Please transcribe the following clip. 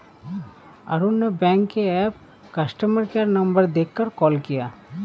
अरुण ने बैंक के app customer care number देखकर कॉल किया